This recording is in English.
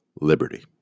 liberty